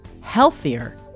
healthier